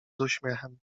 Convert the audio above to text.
uśmiechem